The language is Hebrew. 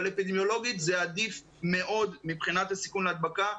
אפידמיולוגית זה עדיף מאוד מבחינת הסיכון להדבקה.